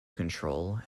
control